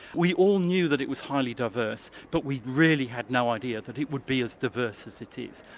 we all knew that it was highly diverse, but we really had no idea that it would be as diverse as it is.